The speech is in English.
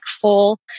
full